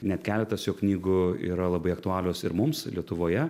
net keletas jo knygų yra labai aktualios ir mums lietuvoje